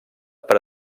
per